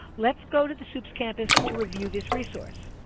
let's go to the sups campus to review this resource.